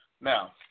Now